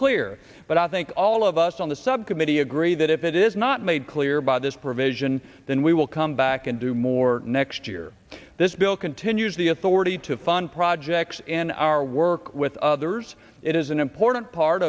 clear but i think all of us on the subcommittee agree that if it is not made clear by this provision then we will come back and do more next year this bill continues the authority to fund projects in our work with others it is an important part